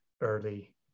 early